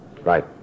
Right